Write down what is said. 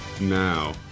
now